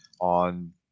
on